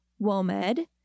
WOMED